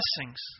blessings